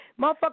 Motherfucker